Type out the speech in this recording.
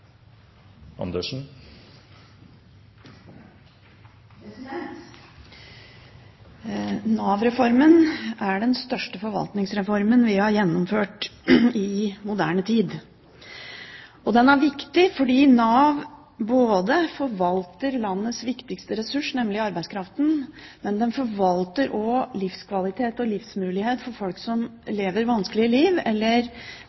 prosessen? Nav-reformen er den største forvaltningsreformen vi har gjennomført i moderne tid. Den er viktig både fordi Nav forvalter landets viktigste ressurs, nemlig arbeidskraften, og fordi den forvalter livskvalitet og livsmulighet for folk som lever vanskelige liv eller